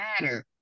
matter